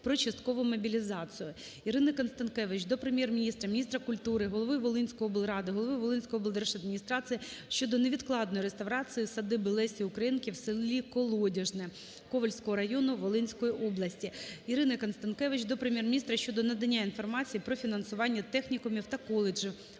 "Про часткову мобілізацію". Ірини Констанкевич до Прем'єр-міністра, міністра культури України, голови Волинської облради, голови Волинської облдержадміністрації щодо невідкладної реставрації садиби Лесі Українки в селі Колодяжне Ковельського району Волинської області. Ірини Констанкевич до Прем'єр-міністра щодо надання інформації про фінансування технікумів та коледжів